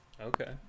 Okay